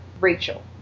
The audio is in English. rachel